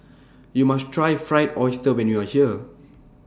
YOU must Try Fried Oyster when YOU Are here